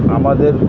আমাদের